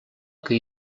que